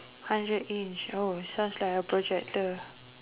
hundred inch oh sounds like a projector